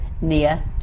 Nia